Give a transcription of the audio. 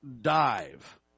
dive